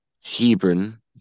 Hebron